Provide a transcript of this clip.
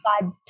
God